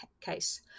case